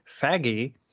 faggy